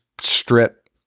strip